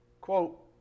quote